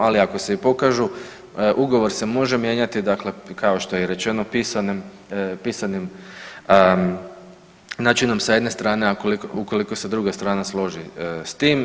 Ali ako se i pokažu ugovor se može mijenjati dakle kao što je i rečeno pisanim načinom s jedne strane a ukoliko se druga strana složi s tim.